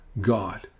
God